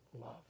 love